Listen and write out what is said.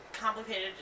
complicated